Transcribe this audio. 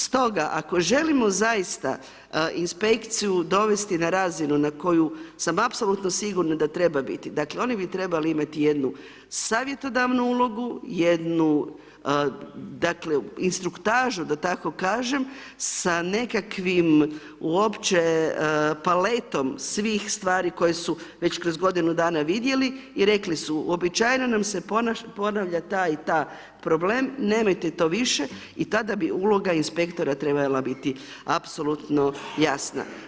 Stoga ako želimo zaista inspekciju dovesti na razinu na koju sam apsolutno sigurna da treba biti, dakle, oni bi trebali imati jednu savjetodavnu ulogu, jednu instruktažu da tako kažem, sa nekakvim uopće, paletom svih stvari koje su već kroz godinu dana vidjeli i rekli su uobičajeno nam se ponavlja taj i ta problem, nemojte to više, i tada bi uloga inspektora trebala biti apsolutno jasna.